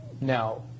Now